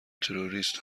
تروریست